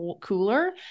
cooler